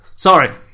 Sorry